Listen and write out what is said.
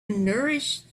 nourish